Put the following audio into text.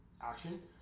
action